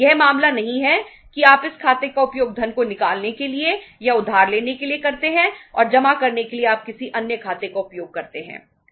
यह मामला नहीं है कि आप इस खाते का उपयोग धन को निकालने के लिए या उधार लेने के लिए करते हैं और जमा करने के लिए आप किसी अन्य खाते का उपयोग करते हैं नहीं